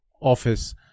office